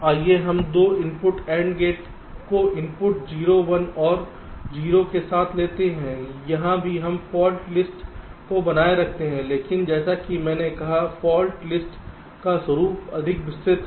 आइए हम 2 input AND gate को इनपुट 0 1 और 0 के साथ लेते हैं यहाँ भी हम फाल्ट लिस्ट को बनाए रखते हैं लेकिन जैसा कि मैंने कहा फाल्ट लिस्ट का स्वरूप अधिक विस्तृत है